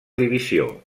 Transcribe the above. divisió